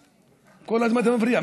הזמן אתה מפריע.